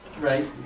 Right